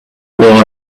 will